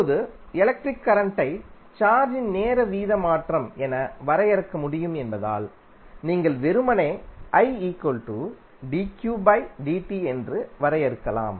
இப்போது எலக்ட்ரிக் கரண்டை சார்ஜின் நேர வீத மாற்றம் என வரையறுக்க முடியும் என்பதால் நீங்கள் வெறுமனே என்று வரையறுக்கலாம்